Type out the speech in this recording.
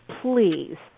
Please